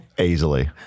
Easily